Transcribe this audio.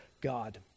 God